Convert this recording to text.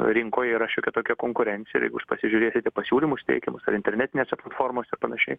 rinkoj yra šiokia tokia konkurencija jeigu jūs pasižiūrėsite pasiūlymus teikiamus ar internetinėse platformose panašiai